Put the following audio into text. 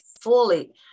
fully